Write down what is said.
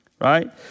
right